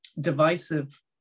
divisive